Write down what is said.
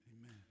Amen